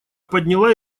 подняла